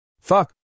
Fuck